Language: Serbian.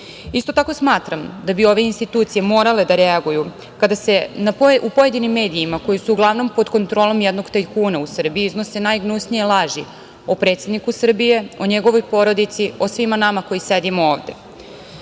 Isto tako smatram da bi ove institucije morale da reaguju kada se u pojedinim medijima, koji su uglavnom pod kontrolom jednog tajkuna, u Srbiji iznose najgnusnije laži o predsedniku Srbije, o njegovoj porodici, o svima nama koji sedimo